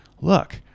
look